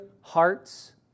hearts